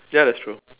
ya that's true